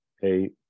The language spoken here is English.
hey